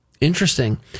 Interesting